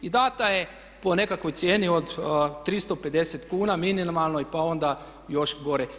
I dana je po nekakvoj cijeni od 350 kuna minimalnoj pa onda još gore.